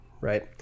right